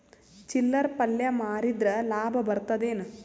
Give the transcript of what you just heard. ಚಿಲ್ಲರ್ ಪಲ್ಯ ಮಾರಿದ್ರ ಲಾಭ ಬರತದ ಏನು?